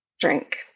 drink